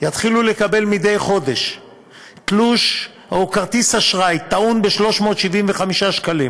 יתחילו לקבל מדי חודש תלוש או כרטיס אשראי טעון ב-375 שקלים,